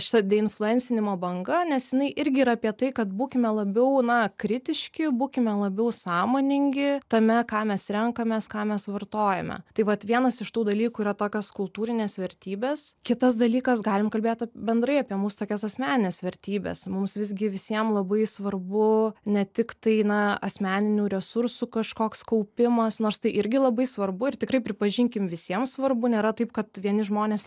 šita deinfluencinimo banga nes jinai irgi yra apie tai kad būkime labiau na kritiški būkime labiau sąmoningi tame ką mes renkamės ką mes vartojame tai vat vienas iš tų dalykų yra tokios kultūrinės vertybės kitas dalykas galim kalbėt bendrai apie mūsų tokias asmenines vertybes mums visgi visiem labai svarbu ne tik tai na asmeninių resursų kažkoks kaupimas nors tai irgi labai svarbu ir tikrai pripažinkim visiems svarbu nėra taip kad vieni žmonės